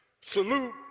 salute